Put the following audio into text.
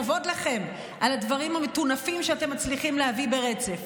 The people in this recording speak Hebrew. כבוד לכם על הדברים המטונפים שאתם מצליחים להביא ברצף.